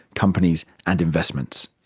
companies and investments.